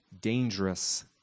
dangerous